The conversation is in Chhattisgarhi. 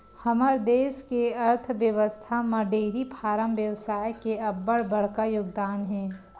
हमर देस के अर्थबेवस्था म डेयरी फारम बेवसाय के अब्बड़ बड़का योगदान हे